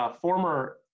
former